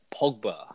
Pogba